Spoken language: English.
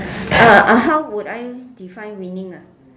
uh how would I define winning ah